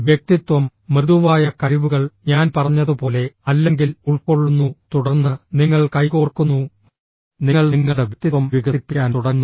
വ്യക്തിത്വം മൃദുവായ കഴിവുകൾ ഞാൻ പറഞ്ഞതുപോലെ അല്ലെങ്കിൽ ഉൾക്കൊള്ളുന്നു തുടർന്ന് നിങ്ങൾ കൈകോർക്കുന്നു നിങ്ങൾ നിങ്ങളുടെ വ്യക്തിത്വം വികസിപ്പിക്കാൻ തുടങ്ങുന്നു